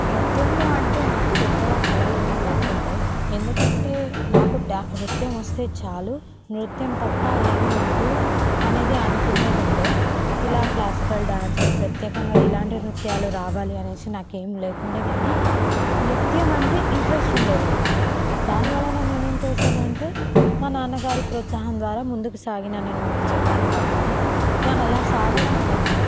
నృత్యంలో అంటే నాకు పెద్దగా కలలు ఏమి లేకుండే ఎందుకంటే నాకు డా నృత్యం వస్తే చాలు నృత్యం తప్ప ఏమీ వద్దు అనేది అనుకునేది ఉండే ఇలా క్లాసికల్ డాన్స్ ప్రత్యేకంగా ఇలాంటి నృత్యాలు రావాలి అనేసి నాకేం లేకుండా గాని నృత్యం అంటే ఇంట్రెస్ట్ ఉండేది అనమాట దానివల్ల నేను ఏం చేశాను అంటే మా నాన్నగారి ప్రోత్సాహం ద్వారా ముందుకు సాగినాను నేను మీకు చెప్పాను కాబట్టి అలా సాగడం వలన